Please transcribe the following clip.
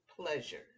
pleasure